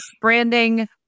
Branding